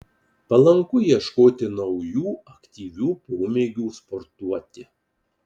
palanku ieškoti naujų aktyvių pomėgių sportuoti